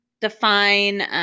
define